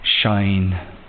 shine